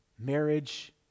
Marriage